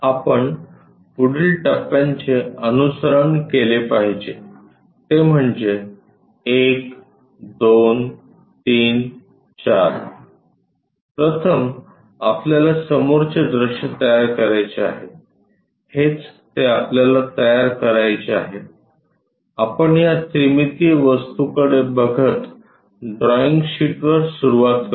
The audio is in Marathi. आपण पुढील टप्प्यांचे अनुसरण केले पाहिजे ते म्हणजे 1 2 3 4 प्रथम आपल्याला समोरचे दृश्य तयार करायचे आहे हेच ते आपल्याला तयार करायचे आहे आपण या त्रिमितीय वस्तू कडे बघत ड्रॉईंग शीटवर सुरुवात करूया